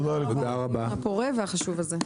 תודה ליו"ר על הדיון הפורה והחשוב הזה.